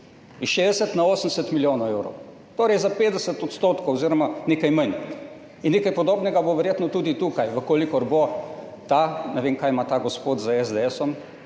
60 na 80 milijonov evrov, torej za 50 % oziroma nekaj manj. Nekaj podobnega bo verjetno tudi tukaj, v kolikor bo – ne vem, kaj ima ta gospod s SDS